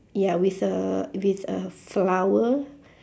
ya with a with a flower